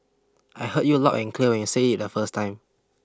I heard you loud and clear when you said it the first time